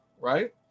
Right